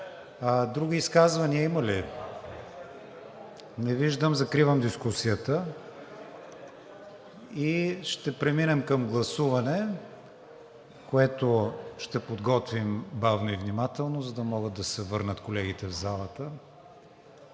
Други изказвания има ли? Не виждам. Закривам дискусията и ще преминем към гласуване, което ще подготвим бавно и внимателно, за да могат да се върнат колегите в залата.